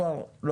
אנחנו